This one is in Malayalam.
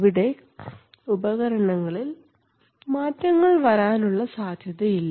ഇവിടെ ഉപകരണങ്ങളിൽ മാറ്റങ്ങൾ വരാനുള്ള സാധ്യതയില്ല